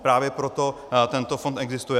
Právě proto tento fond existuje.